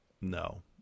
no